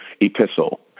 epistle